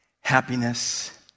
happiness